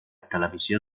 televisió